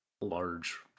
large